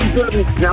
Now